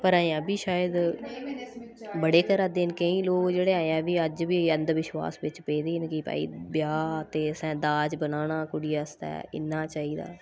पर अजें बी शायद बड़े करा दे न केईं लोक जेह्ड़े अजें बी अज्ज बी अंधविश्वास बिच्च पेदे न कि भाई ब्याह् ते असें दाज बनाना कुड़ियै आस्तै इन्ना चाहिदा